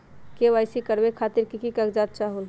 KYC करवे खातीर के के कागजात चाहलु?